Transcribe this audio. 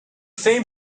same